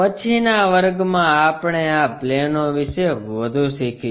પછીના વર્ગમાં આપણે આ પ્લેનો વિશે વધુ શીખીશું